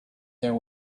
there